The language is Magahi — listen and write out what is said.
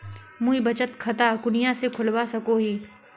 मुई बचत खता कुनियाँ से खोलवा सको ही?